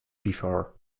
before